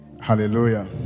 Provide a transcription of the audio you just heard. hallelujah